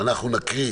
אנחנו נקריא